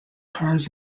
cars